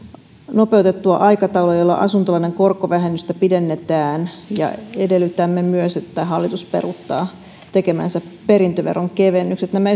nopeutettua aikataulua jolla asuntolainan korkovähennystä pidennetään edellytämme myös että hallitus peruuttaa tekemänsä perintöveron kevennykset nämä